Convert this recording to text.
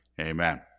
amen